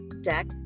Deck